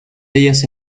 ellas